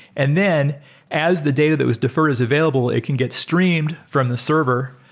and then as the data that was deferred is available, it can get streamed from the server,